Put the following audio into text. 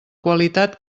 qualitat